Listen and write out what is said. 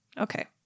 Okay